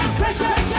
pressure